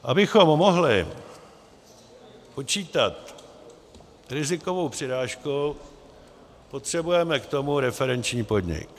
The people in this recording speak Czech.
Abychom mohli počítat s rizikovou přirážkou, potřebujeme k tomu referenční podnik.